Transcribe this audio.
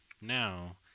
now